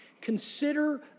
Consider